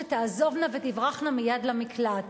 שתעזובנה ותברחנה מייד למקלט,